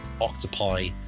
octopi